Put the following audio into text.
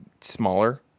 smaller